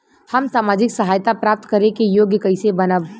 हम सामाजिक सहायता प्राप्त करे के योग्य कइसे बनब?